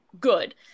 good